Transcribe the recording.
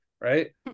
right